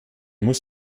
muss